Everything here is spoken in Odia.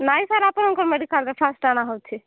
ନାଇଁ ସାର୍ ଆପଣଙ୍କ ମେଡ଼ିକାଲ୍ରେ ଫାଷ୍ଟ୍ ଅଣାହେଉଛି